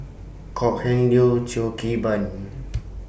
Kok Heng Leun Cheo Kim Ban